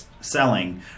selling